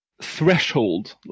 threshold